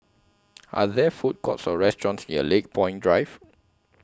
Are There Food Courts Or restaurants near Lakepoint Drive